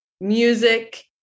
music